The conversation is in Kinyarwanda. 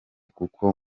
kuko